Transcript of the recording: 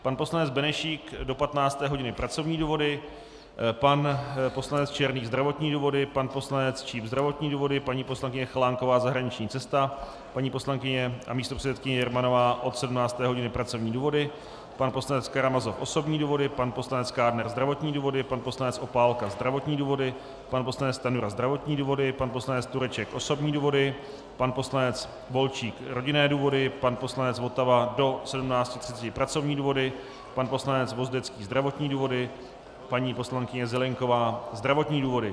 Pan poslanec Benešík do 15. hodiny pracovní důvody, pan poslanec Černý zdravotní důvody, pan poslanec Číp zdravotní důvody, paní poslankyně Chalánková zahraniční cesta, paní poslankyně a místopředsedkyně Jermanová od 17. hodiny pracovní důvody, pan poslanec Karamazov osobní důvody, pan poslanec Kádner zdravotní důvody, pan poslanec Opálka zdravotní důvody, pan poslanec Stanjura zdravotní důvody, pan poslanec Tureček osobní důvody, pan poslanec Volčík rodinné důvody, pan poslanec Votava do 17.30 pracovní důvody, pan poslanec Vozdecký zdravotní důvody, paní poslankyně Zelienková zdravotní důvody.